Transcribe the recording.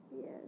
yes